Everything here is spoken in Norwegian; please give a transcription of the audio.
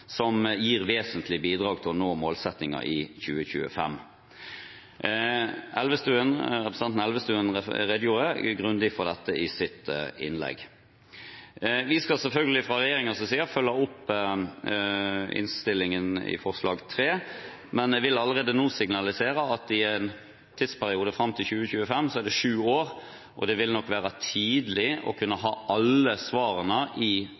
som gir vesentlige bidrag til å nå målsettingen i 2025. Representanten Elvestuen redegjorde grundig for dette i sitt innlegg. Vi skal selvfølgelig fra regjeringens side følge opp forslag til vedtak III i innstillingen, men jeg vil allerede nå signalisere at tidsperioden fram til 2025 er på sju år, og det vil nok være tidlig i forbindelse med statsbudsjettet for 2018, å kunne ha alle svarene